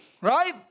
right